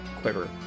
quiver